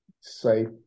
safe